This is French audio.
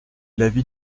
l’avis